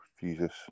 Jesus